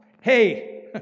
Hey